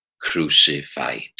crucified